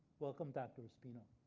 welcome dr espino.